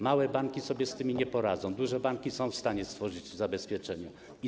Małe banki sobie z tym nie poradzą, duże banki są w stanie stworzyć zabezpieczenie.